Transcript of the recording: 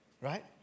Right